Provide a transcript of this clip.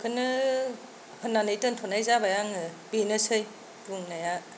बेखौनो होननानै दोनथ'नाय जाबाय आङो बेनोसै बुुंनाया